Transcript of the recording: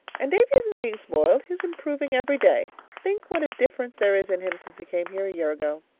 and davy isn't being spoiled. he is improving every day. think what a difference there is in him since he came here a year ago.